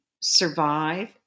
survive